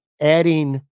adding